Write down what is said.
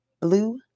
blue